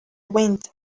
wind